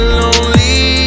lonely